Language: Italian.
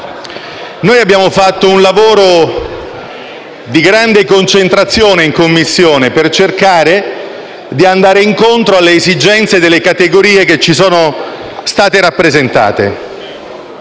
abbiamo fatto un lavoro di grande concentrazione per cercare di andare incontro alle esigenze delle categorie che ci sono state rappresentate.